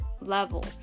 level